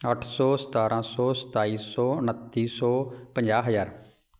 ਅੱਠ ਸੌ ਸਤਾਰ੍ਹਾਂ ਸੌ ਸਤਾਈ ਸੌ ਉਣੱਤੀ ਸੌ ਪੰਜਾਹ ਹਜ਼ਾਰ